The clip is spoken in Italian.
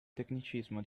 tecnicismo